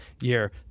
year